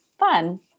Fun